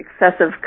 excessive